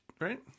right